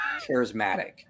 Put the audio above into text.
charismatic